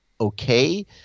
okay